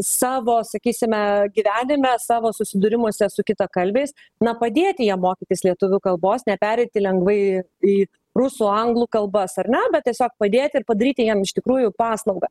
savo sakysime gyvenime savo susidūrimuose su kitakalbiais na padėti jiem mokytis lietuvių kalbos nepereiti lengvai į rusų anglų kalbas ar ne bet tiesiog padėti ir padaryti jiem iš tikrųjų paslaugą